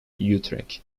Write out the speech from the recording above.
utrecht